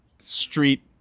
Street